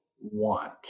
want